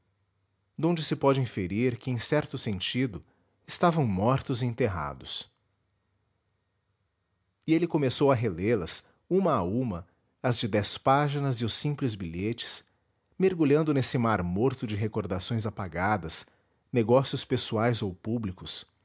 cemitério donde se pode inferir que em certo sentido estavam mortos e enterrados e ele começou a relê las uma a uma as de dez páginas e os simples bilhetes mergulhando nesse mar morto de recordações apagadas negócios pessoais ou públicos